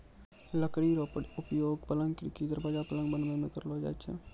लकड़ी रो उपयोगक, पलंग, खिड़की, दरबाजा, पलंग बनाय मे करलो जाय छै